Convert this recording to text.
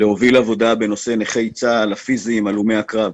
להוביל עבודה בנושא נכי צה"ל הפיזיים והלומי הקרב.